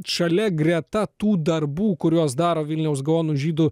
šalia greta tų darbų kuriuos daro vilniaus gaono žydų